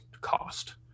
cost